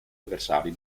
avversari